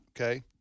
Okay